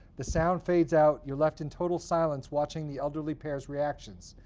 the sound fades out. you're left in total silence, watching the elderly pair's reactions.